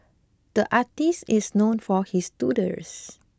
the artist is known for his doodles